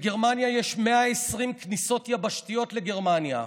יש 120 כניסות יבשתיות לגרמניה.